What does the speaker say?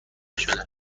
شده